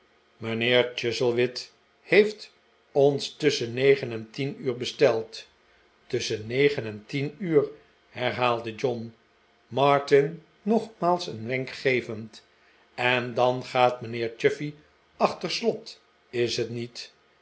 mijnheer chuzzlewit heeft ons tusschen negen en tien uur besteld tusschen negen en tien uur herhaalde john martin nogmaals een wenk gevend en dan gaat mijnheer chuffey achter slot is t niet